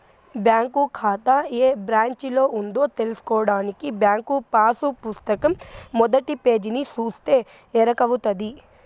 bank కాతా ఏ బ్రాంచిలో ఉందో తెల్సుకోడానికి బ్యాంకు పాసు పుస్తకం మొదటి పేజీని సూస్తే ఎరకవుతది